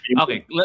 okay